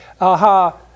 aha